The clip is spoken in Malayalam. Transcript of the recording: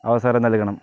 അവസരം നൽകണം